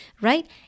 right